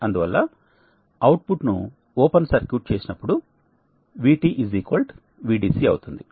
అందువల్ల అవుట్పుట్ను open circuit చేసినప్పుడు VT Vdc అవుతుంది